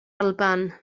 alban